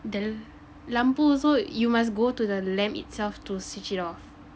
the lampu also you must go to the lamp itself to switch it off